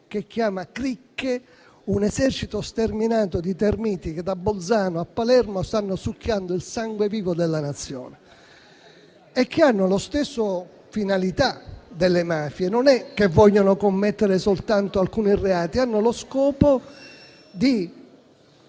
Si tratta di un esercito sterminato di termiti che, da Bolzano a Palermo, stanno succhiando il sangue vivo della Nazione. Esse hanno la stessa finalità delle mafie: non vogliono commettere soltanto alcuni reati, hanno lo scopo di